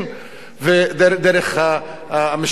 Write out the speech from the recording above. דרך המשבצת הזאת,